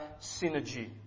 synergy